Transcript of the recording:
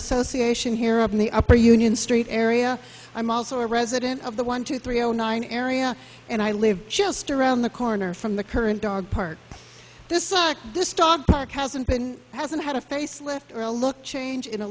association here up in the upper union street area i'm also a resident of the one two three zero nine area and i live just around the corner from the current dog park this sucks this dog park hasn't been hasn't had a facelift or a look change